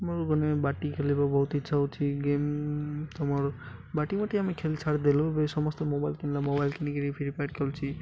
ଆମର ମାନେ ବାଟି ଖେଳିବା ବହୁତ ଇଚ୍ଛା ହେଉଛି ଗେମ୍ ତମର ବାଟି ମାଟି ଆମେ ଖେଳ ଛାଡ଼ିଦେଲୁ ଏବେ ସମସ୍ତେ ମୋବାଇଲ୍ କିଣିଲା ମୋବାଇଲ୍ କିଣିକିରି ଫ୍ରି ଫାୟାର୍ ଖେଳୁଛି